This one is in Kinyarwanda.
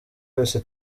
yose